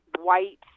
white